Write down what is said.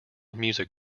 music